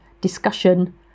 discussion